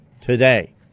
today